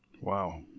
Wow